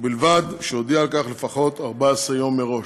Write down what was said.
ובלבד שהודיע על כך לפחות 14 יום מראש.